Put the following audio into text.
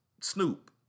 Snoop